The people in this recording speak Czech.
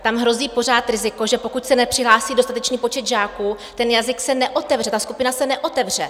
Tam hrozí pořád riziko, že pokud se nepřihlásí dostatečný počet žáků, ten jazyk se neotevře, ta skupina se neotevře.